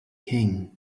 king